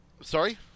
Sorry